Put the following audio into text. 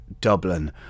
Dublin